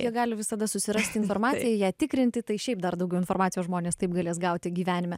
jie gali visada susirasti informaciją ją tikrinti tai šiaip dar daugiau informacijos žmonės taip galės gauti gyvenime